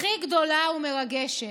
הכי גדולה ומרגשת,